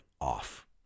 off